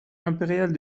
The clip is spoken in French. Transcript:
impériale